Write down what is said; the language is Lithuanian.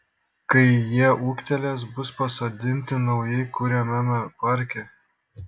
kai jie ūgtelės bus pasodinti naujai kuriamame parke